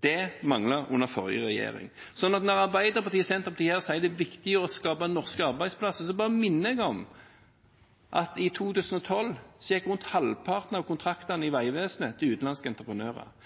Det manglet under forrige regjering. Så når Arbeiderpartiet og Senterpartiet her sier at det er viktig å skape norske arbeidsplasser, minner jeg om at i 2012 gikk rundt halvparten av kontraktene i Vegvesenet til utenlandske entreprenører.